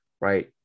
right